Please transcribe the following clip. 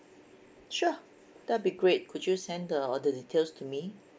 sure that'll be great could you send the the details to me